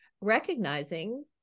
recognizing